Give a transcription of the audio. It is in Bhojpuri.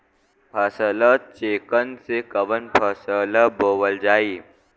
फसल चेकं से कवन फसल बोवल जाई?